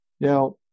Now